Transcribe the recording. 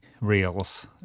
reels